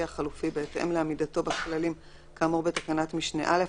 החלופי בהתאם לעמידתו בכללים כאמור בתקנת משנה (א),